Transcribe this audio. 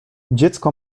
dziecko